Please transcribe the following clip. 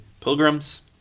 pilgrims